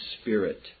spirit